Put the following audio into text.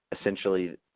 essentially